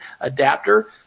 adapter